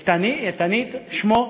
"איתנית" שמו,